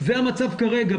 זה המצב כרגע.